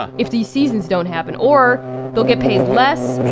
ah if these seasons don't happen, or they'll get paid less.